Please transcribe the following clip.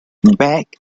back